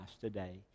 today